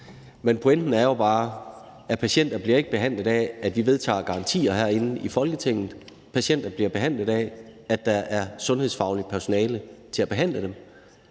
men pointen er bare, at patienter ikke bliver behandlet af, at vi vedtager garantier herinde i Folketinget. Patienter bliver behandlet af, at der er sundhedsfagligt personale til at behandle dem,